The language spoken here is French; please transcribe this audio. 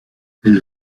elle